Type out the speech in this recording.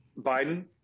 Biden